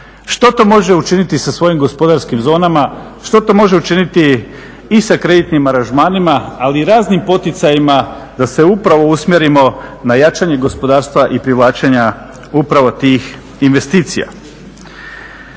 što to može učiniti sa svojim gospodarskim zonama, što to može učiniti i sa kreditnim aranžmanima, ali i raznim poticajima da se upravo usmjerimo na jačanje gospodarstva i privlačenja upravo tih investicija.